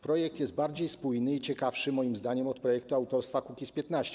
Projekt jest bardziej spójny i ciekawszy moim zdaniem od projektu autorstwa Kukiz’15.